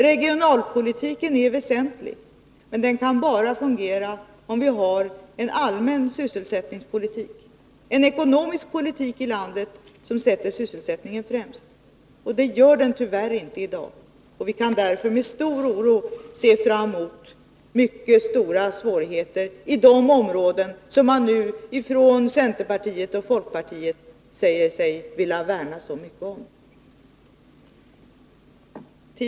Regionalpolitiken är väsentlig, men den kan bara fungera om vi har en allmän sysselsättningspolitik, en ekonomisk politik som sätter sysselsättningen främst. Det gör den tyvärr inte i dag. Vi är därför mycket oroliga för de stora svårigheter som väntar i de områden som man nu från centerpartiet och folkpartiet säger sig vilja värna så mycket om.